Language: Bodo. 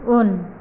उन